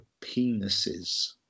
penises